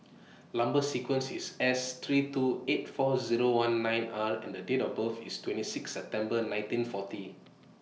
Number sequence IS S three two eight four Zero one nine R and The Date of birth IS twenty six September nineteen forty